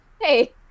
hey